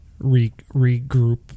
regroup